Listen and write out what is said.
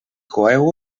coeu